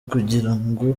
kugirango